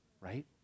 right